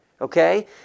okay